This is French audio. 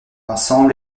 ensemble